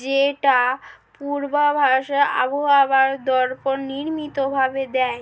যেটার পূর্বাভাস আবহাওয়া দপ্তর নিয়মিত ভাবে দেয়